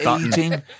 eating